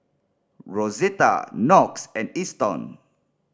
Rosetta Knox and Easton